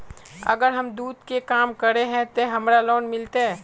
अगर हम दूध के काम करे है ते हमरा लोन मिलते?